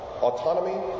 autonomy